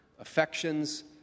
affections